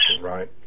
Right